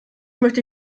möchte